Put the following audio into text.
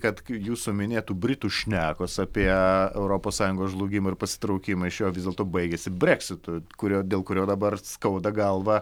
kad jūsų minėtų britų šnekos apie europos sąjungos žlugimą ir pasitraukimą iš jo vis dėlto baigėsi breksitu kurio dėl kurio dabar skauda galvą